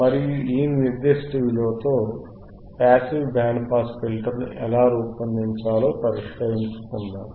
మరియు ఈ నిర్దిష్ట విలువతో పాసివ్ బ్యాండ్ పాస్ ఫిల్టర్ను ఎలా రూపొందించాలో పరిష్కరించుకుందాం